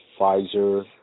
Pfizer